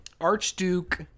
Archduke